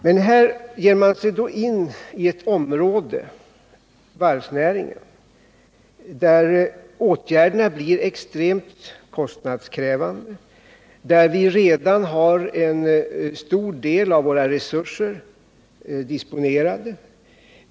Men här ger man sig då in på ett område, varvsnäringen, där åtgärderna blir extremt kostnadskrävande och där vi redan har en stor del av våra resurser disponerade.